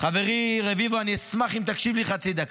חברי רביבו, אני אשמח אם תקשיב לי חצי דקה.